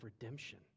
redemption